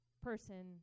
person